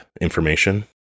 information